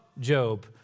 Job